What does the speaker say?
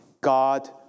God